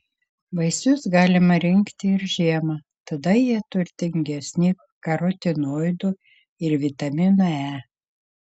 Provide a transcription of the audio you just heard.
vaisius galima rinkti ir žiemą tada jie turtingesni karotinoidų ir vitamino e